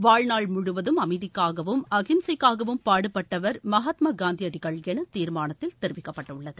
வாழ்நாள் முழுவதும் அமைதிக்காகவும் அஹிம்சைக்காகவும் பாடுபட்டவர் மகாத்மா காந்தியடிகள் என தீர்மானத்தில் தெரிவிக்கப்பட்டுள்ளது